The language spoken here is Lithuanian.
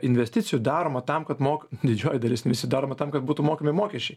investicijų daroma tam kad mok didžioji dalis investicijų daroma kad būtų mokami mokesčiai